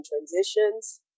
Transitions